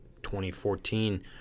2014